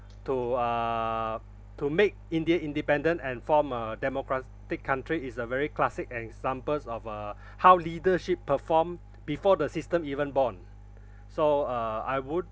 to uh to make india independent and form a democratic country is a very classic examples of uh how leadership performed before the system even born so uh I would